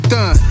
Done